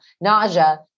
Nausea